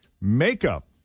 makeup